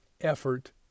effort